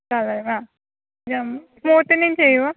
കളയണം യം സ്മൂത്തനിംഗ് ചെയ്യുമോ